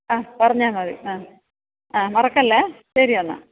ആ പറഞ്ഞാൽ മതി ആ ആ മറക്കല്ലേ ശരിയെന്നാൽ